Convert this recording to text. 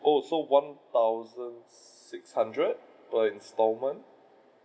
oh so one thousand six hundred per instalment